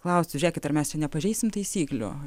klausti žiūrėkit ar mes čia nepažeisim taisyklių